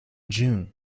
june